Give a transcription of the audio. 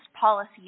policies